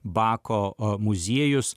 bako muziejus